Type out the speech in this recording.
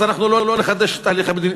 אז אנחנו לא נחדש את התהליך המדיני.